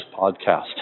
podcast